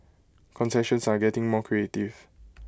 concessions are getting more creative